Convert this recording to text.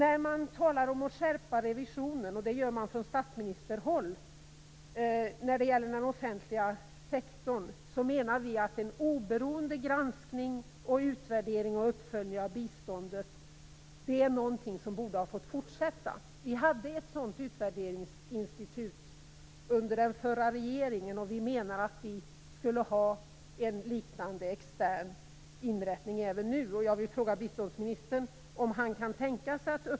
När man talar om att skärpa revisionen - det görs från statsministerhåll - när det gäller den offentliga sektorn, menar vi att en oberoende granskning, utvärdering och uppföljning av biståndet är någonting som borde ha fått fortsätta.